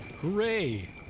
Hooray